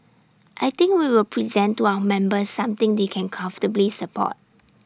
I think we will present to our members something they can comfortably support